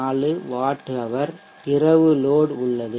4 watt hour இரவு load உள்ளது